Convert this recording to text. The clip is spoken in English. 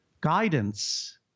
guidance